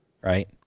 Right